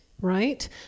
right